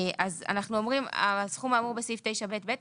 אז אנחנו אומרים הסכום האמור בסעיף 9ב(ב).